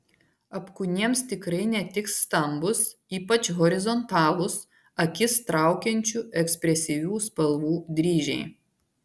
apkūniems tikrai netiks stambūs ypač horizontalūs akis traukiančių ekspresyvių spalvų dryžiai